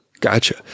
Gotcha